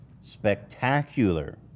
spectacular